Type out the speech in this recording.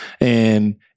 And-